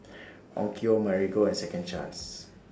Onkyo Marigold and Second Chance